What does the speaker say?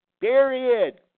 Period